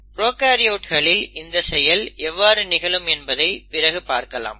ப்ரோகாரியோட்களில் இந்த செயல் எவ்வாறு நிகழும் என்பதை பிறகு பார்க்கலாம்